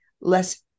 less